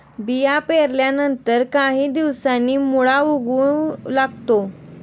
बिया पेरल्यानंतर काही दिवसांनी मुळा उगवू लागतो